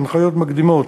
הנחיות מקדימות